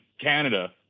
Canada